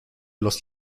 los